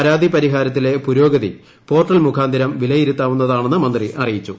പരാതി പരിഹാരത്തിലെ പുരോഗതി പോർട്ടൽ മുഖാന്തിരം വിലയിരുത്താവുന്നതാണെന്ന് മന്ത്രി അറിയിച്ചു